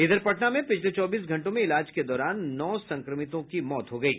इधर पटना में पिछले चौबीस घंटों में इलाज के दौरान नौ संक्रमितों की मौत हो गयी